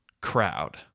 crowd